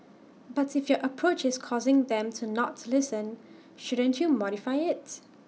but if your approach is causing them to not listen shouldn't you modify IT